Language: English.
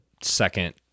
second